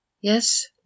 Yes